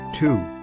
Two